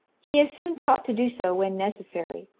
he is soon taught to do so when necessary,